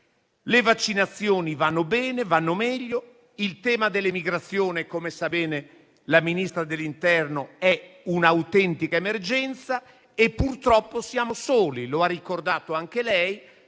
Le vaccinazioni vanno bene, vanno meglio, e il tema dell'immigrazione, come sa bene la Ministra dell'interno, è un'autentica emergenza, ma purtroppo siamo soli. Lo ha ricordato anche lei,